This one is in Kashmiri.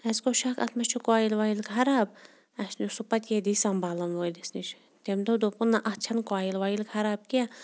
اَسہِ گوٚو شک اَتھ ما چھُ کویِل وویِل کانٛہہ خراب اَسہِ نیوٗ پَتہٕ سُہ ییٚتی سمبالن وٲلِس نِش تٔمۍ دوٚپ دوٚپُن نہ اَتھ چھَنہٕ کویِل وویِل خراب کینٛہہ